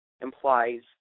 implies